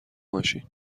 ماشین